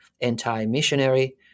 anti-missionary